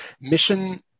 Mission